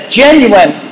genuine